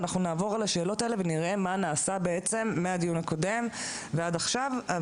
ואנחנו נעבור על השאלות האלה ונראה מה נעשה מהדיון הקודם ועד עכשיו.